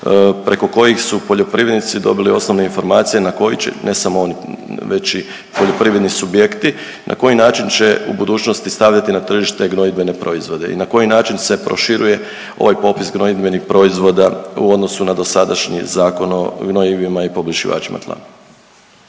preko kojih su poljoprivrednici dobili osnovne informacije na koji će, ne samo oni već i poljoprivredni subjekti na koji način će u budućnosti stavljati na tržište gnojidbene proizvode i na koji način se proširuje ovaj popis gnojidbenih proizvoda u odnosu na dosadašnji Zakon o gnojivima i poboljšivačima tla.